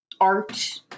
art